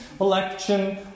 election